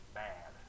bad